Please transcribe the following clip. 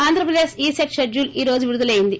ఆంధ్రప్రదేశ్ ఈ set schedule ఈ రోజు విడుదలైంది